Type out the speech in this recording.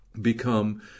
become